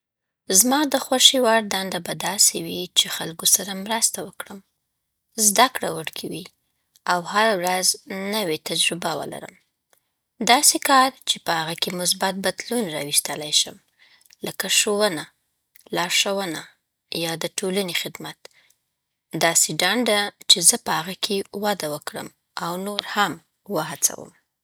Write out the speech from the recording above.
زما د خوښې وړ دنده به داسې وي چې خلکو سره مرسته وکړم، زده کړه وړکی وي، او هره ورځ نوې تجربه ولرم. داسې کار چې په عغه کی مثبت بدلون راوستلی شم – لکه ښوونه، لارښوونه، یا د ټولنې خدمت. داسې دنده چې زه په عغه کی وده وکړم او نور هم وهڅوم.